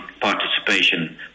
Participation